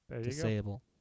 Disable